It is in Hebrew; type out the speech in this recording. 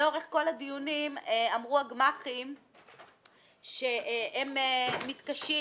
לאורך כל הדיונים אמרו הגמ"חים שהם מתקשים